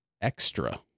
Extra